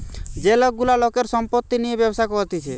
যে লোক গুলা লোকের সম্পত্তি নিয়ে ব্যবসা করতিছে